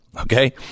okay